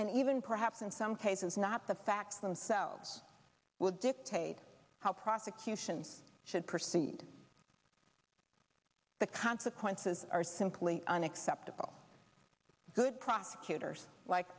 and even perhaps in some cases not the facts themselves would dictate how prosecution should proceed the consequences are simply unacceptable good prosecutors like